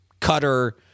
cutter